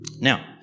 Now